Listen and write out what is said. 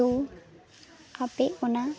ᱛᱳ ᱟᱯᱮ ᱚᱱᱟ